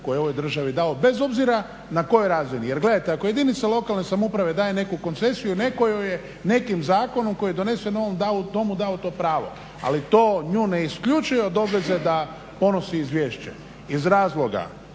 koje je ovoj državi dao, bez obzira na kojoj razini. Jer gledajte, ako jedinica lokalne samouprave daje neku koncesiju netko joj je nekim zakonom koji je donesen u ovom domu dao to pravo, ali to nju ne isključuje od obveze da podnosi izvješće iz razloga